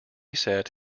set